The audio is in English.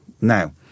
Now